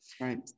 Right